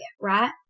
right